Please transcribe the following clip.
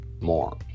more